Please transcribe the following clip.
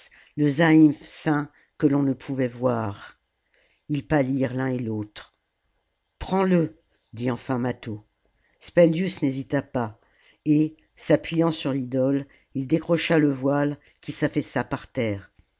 que l'on ne pouvait voir ils pâlirent l'un et l'autre prends-le dit enfin mâtho spendius n'hésita pas et s'appuyant sur l'idole il décrocha le voile qui s'affaissa par terre